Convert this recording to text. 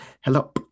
hello